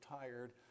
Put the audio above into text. tired